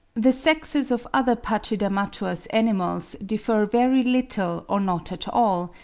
the sexes of other pachydermatous animals differ very little or not at all,